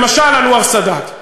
למשל אנואר סאדאת,